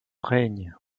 règne